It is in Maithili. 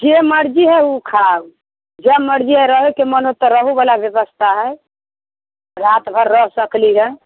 जे मर्जी है उ खाउ जब मर्जी है रहैके तऽ रहैवला व्यवस्था है राति भरि रह सकली है